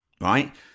right